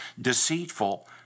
deceitful